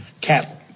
cattle